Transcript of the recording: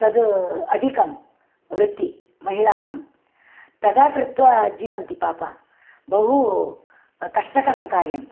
तद् अधिकं वृत्ति महिलानां तथा कृत्वा जीवन्ति पापम् बहु कष्टकरं कार्यम्